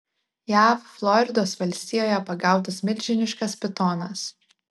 jav floridos valstijoje pagautas milžiniškas pitonas